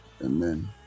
Amen